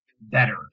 better